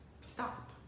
stop